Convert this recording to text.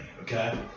okay